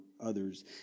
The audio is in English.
others